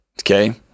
Okay